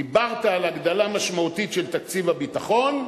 דיברת על הגדלה משמעותית של תקציב הביטחון,